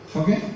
okay